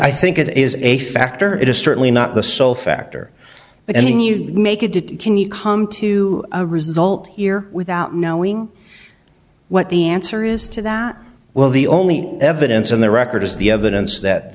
think it is a factor it is certainly not the sole factor but i mean you make it to can you come to a result here without knowing what the answer is to that well the only evidence on the record is the evidence that the